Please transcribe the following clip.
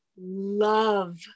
love